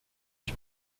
ich